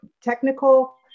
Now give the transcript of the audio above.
technical